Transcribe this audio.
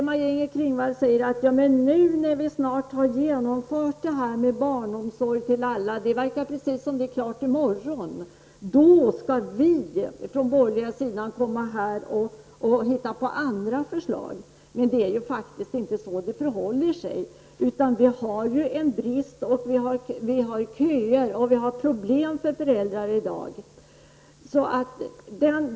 Maj-Inger Klingvall talar om att när vi nu har genomfört barnomsorg till alla, och det låter som om det skulle vara klart i morgon, kommer man från borgerlig sida och hittar på andra förslag. Men det är faktiskt inte så det förhåller sig. Det finns i dag en brist på barnomsorg, köer och problem för föräldrar.